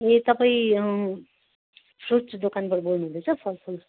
ए तपाईँ फ्रुट्स दोकानबाट बोल्नु हुँदैछ फलफुल